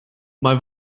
mae